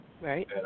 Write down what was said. Right